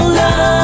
love